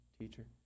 teacher